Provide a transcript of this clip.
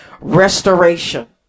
Restoration